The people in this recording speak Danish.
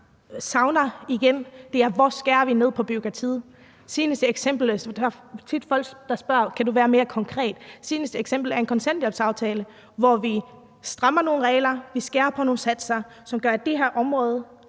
savner svar på, er: Hvor skærer vi ned på bureaukratiet? Der er tit folk, som spørger, om jeg kan være mere konkret. Det seneste eksempel er en kontanthjælpsaftale, hvor vi strammer nogle regler og skærer på nogle satser, som gør, at der frigives